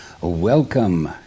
Welcome